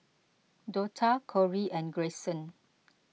Dortha Kori and Greyson